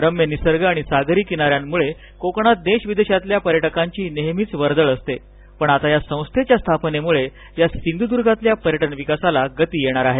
रम्य निसर्ग आणि सागरी किना यांमुळे कोकणात देश विदेशातल्या पर्यटकांची नेहमीच वर्दळ असते पण आता या संस्थेच्या स्थापनेमुळे या सिंधुदुर्गातल्या पर्यटन विकासाला गती येणार आहे